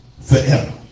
forever